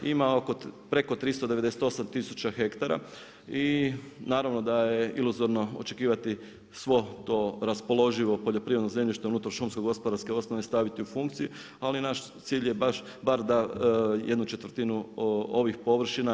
Ima preko 398 tisuća hektara i naravno da je iluzorno očekivati svo to raspoloživo poljoprivredno zemljište unutar šumsko-gospodarske osnove staviti u funkciju, ali naš cilj je bar da jednu četvrtinu ovih površina.